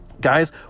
Guys